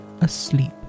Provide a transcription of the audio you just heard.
asleep